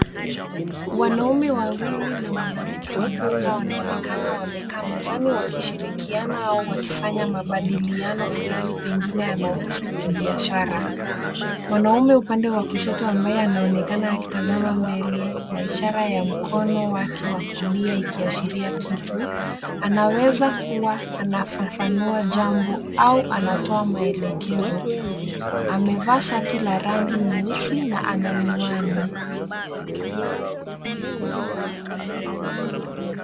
Wanaume wawili na mwanamke mmoja wanaonekana wamekaa mezani wakishirikiana au wakifanya mabadiliano fulani, pengine yanayohusu kibiashara. Mwanaume upande wa kushoto ambaye anaonekana akitazama mbele na ishara ya mkono wake wa kulia ikiashiria kitu. Anaweza kuwa anafafanua jambo au anatoa maelekezo. Amevaa shati la rangi nyeusi na ana miwani.